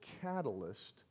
catalyst